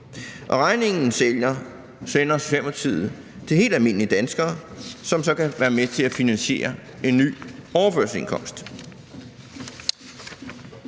og regningen sender Socialdemokratiet til helt almindelige danskere, som så kan være med til at finansiere en ny overførselsindkomst;